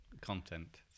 content